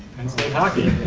and state hockey,